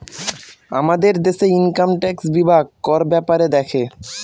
আমাদের দেশে income tax বিভাগ কর ব্যাপারে দেখে